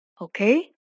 Okay